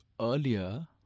earlier